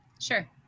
Sure